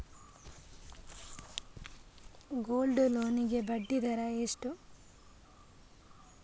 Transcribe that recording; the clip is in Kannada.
ಗೋಲ್ಡ್ ಲೋನ್ ಗೆ ಬಡ್ಡಿ ದರ ಎಷ್ಟು?